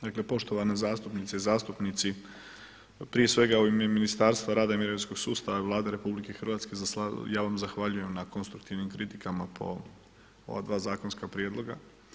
Dakle poštovane zastupnice i zastupnici, prije svega u ime Ministarstva rada i mirovinskog sustava Vlade RH ja vam zahvaljujem na konstruktivnim kritikama po ova dva zakonska prijedloga.